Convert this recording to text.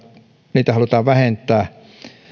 niitä halutaan vähentää